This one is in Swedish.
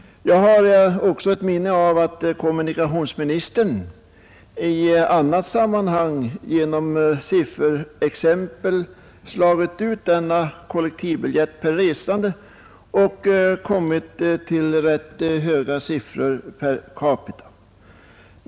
Jag har ett minne av att kommunikationsministern i annat sammanhang slagit ut kostnaden för kollektivbiljetten per resande och kommit till rätt stora siffror per capita.